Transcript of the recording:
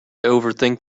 overthink